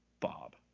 bob